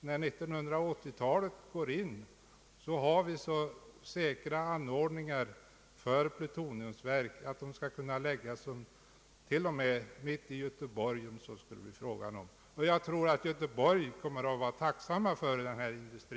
när 1980-talet går in har så säkra anordningar för plutoniumverk att de skall kunna läggas till och med mitt i Göteborg om så erfordras — och jag tror att man i Göteborg i sådant fall skulle vara tacksam för denna industri.